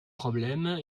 problèmes